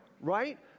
Right